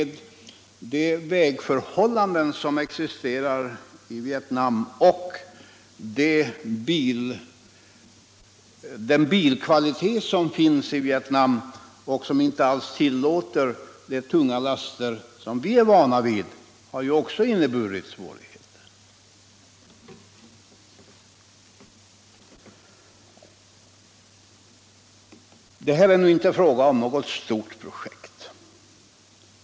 De vägförhållanden som existerar i Vietnam och den bilkvalitet som finns tillåter inte sådana tunga laster vi är vana vid, och detta har också inneburit svårigheter. Det här är inte fråga om något stort projekt.